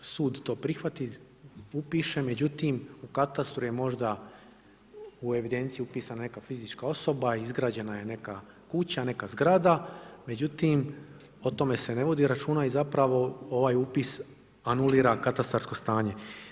Sud to prihvati, upiše, međutim u katastru je možda u evidenciju upisana neka fizička osoba izgrađena je neka kuća, neka zgrada, međutim o tome se ne vodi računa i zapravo ovaj upis anulira katastarsko stanje.